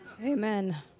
Amen